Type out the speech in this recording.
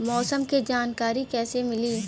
मौसम के जानकारी कैसे मिली?